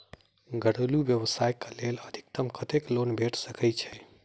घरेलू व्यवसाय कऽ लेल अधिकतम कत्तेक लोन भेट सकय छई?